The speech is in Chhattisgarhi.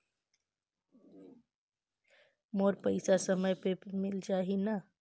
मोर पइसा समय पे मिल जाही न?